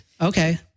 Okay